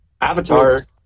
avatar